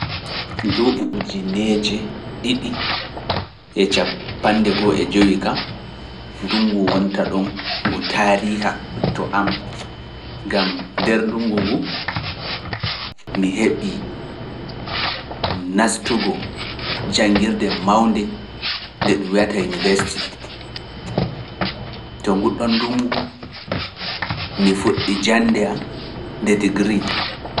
Nduuɓu ujineeje ɗiɗi e capande goo e jowi kam, ndungu wonta ɗon ngu taariiha to am, gam nder ndungu ngu, mi heɓi nastugo janngirde mawnde nde ɗum weyata hini westi, to nguɗɗon ndungu, mi fuɗɗi jannde am nde degree.